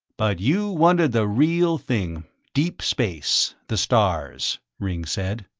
but you wanted the real thing, deep space, the stars, ringg said.